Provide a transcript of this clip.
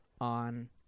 on